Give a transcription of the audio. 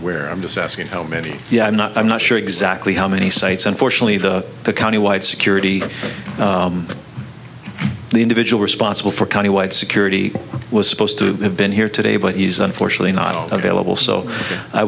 where i'm just asking how many yeah i'm not i'm not sure exactly how many sites unfortunately the the county wide security the individual responsible for countywide security was supposed to have been here today but he's unfortunately not available so i